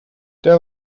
der